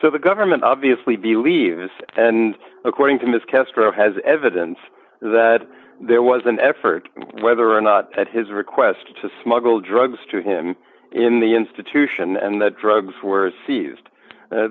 so the government obviously believes and according to ms castro has evidence that there was an effort whether or not that his request to smuggle drugs to him in the institution and the drugs were seized